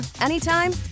anytime